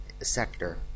sector